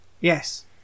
Yes